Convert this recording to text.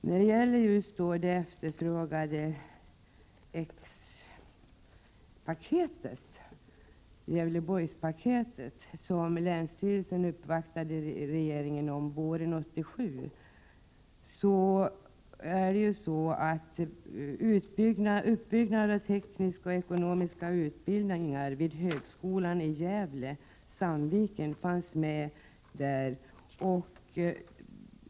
När det sedan gäller det omtalade X-paketet, Gävleborgspaketet, som länsstyrelsen uppvaktade regeringen om våren 1987, fanns uppbyggnad av tekniska och ekonomiska utbildningar vid högskolan i Gävle/Sandviken med.